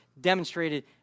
demonstrated